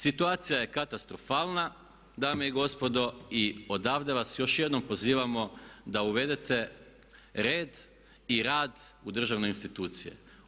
Situacija je katastrofalna dame i gospodo i odavde vas još jednom pozivamo da uvedete red i rad u državne institucije.